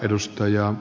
puhemies